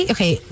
Okay